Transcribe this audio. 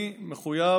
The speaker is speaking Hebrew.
אני מחויב